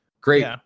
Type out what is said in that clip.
great